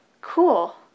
Cool